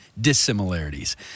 dissimilarities